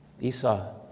Esau